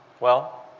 well,